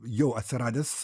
jau atsiradęs